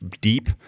deep